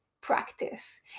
practice